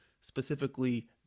specifically